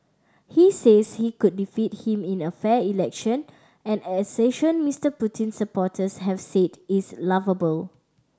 he says he could defeat him in a fair election an assertion Mister Putin's supporters have said is laughable